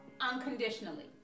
unconditionally